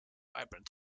vibrant